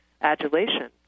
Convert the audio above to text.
adulation